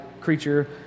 creature